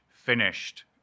finished